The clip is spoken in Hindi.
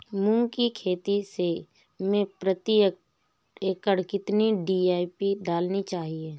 मूंग की खेती में प्रति एकड़ कितनी डी.ए.पी डालनी चाहिए?